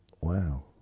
Wow